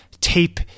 tape